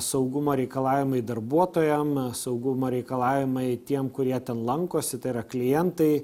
saugumo reikalavimai darbuotojam saugumo reikalavimai tiem kurie ten lankosi tai yra klientai